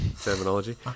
terminology